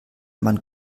man